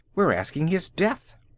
we're asking his death!